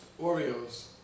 Oreos